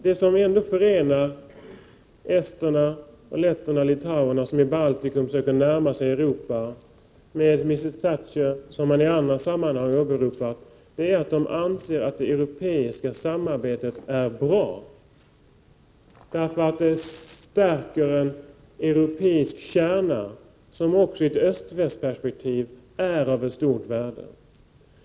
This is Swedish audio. Det som förenar esterna, letterna och litauerna, som i Baltikum söker närma sig Europa, med Mrs Thatcher, som man i andra sammanhang åberopar, är att de anser att det europeiska samarbetet är bra, eftersom det stärker en europeisk kärna, som också i ett öst-väst-perspektiv är av stort värde.